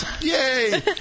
yay